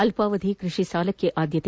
ಅಲ್ಪಾವಧಿ ಕೃಷಿ ಸಾಲಕ್ಕೆ ಆದ್ಯತೆ